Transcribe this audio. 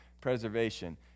preservation